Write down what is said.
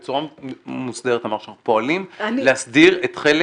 אנחנו פועלים בצורה מוסדרת להסדיר את חלק